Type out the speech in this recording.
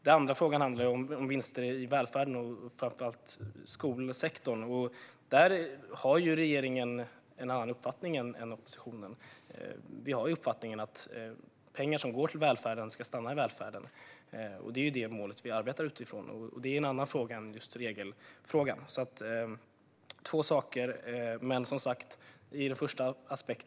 Den andra frågan handlar om vinster i välfärden och framför allt i skolsektorn. Där har ju regeringen en annan uppfattning än oppositionen. Vår uppfattning är att pengar som går till välfärden ska stanna där. Det är ju det mål som vi arbetar utifrån, men det är en annan fråga än regelfrågan. Det handlar om två saker.